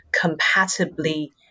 compatibly